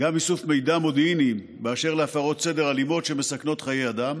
גם איסוף מידע מודיעיני באשר להפרות סדר אלימות שמסכנות חיי אדם.